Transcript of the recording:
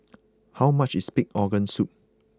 how much is Pig Organ Soup